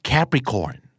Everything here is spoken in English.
Capricorn